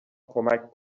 کمک